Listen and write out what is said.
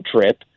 trip